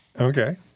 Okay